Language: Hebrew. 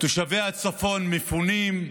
תושבי הצפון מפונים,